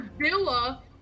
Villa